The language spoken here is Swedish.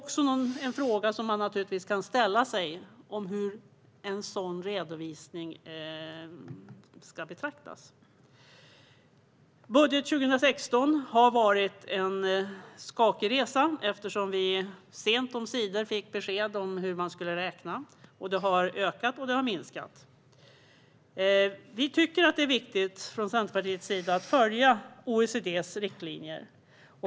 Hur en sådan redovisning ska betraktas är naturligtvis en fråga man kan ställa sig. Budgeten för 2016 har varit en skakig resa, eftersom vi sent omsider fick besked om hur man skulle räkna. Det har både ökat och minskat. Från Centerpartiets sida tycker vi att det är viktigt att följa OECD:s riktlinjer.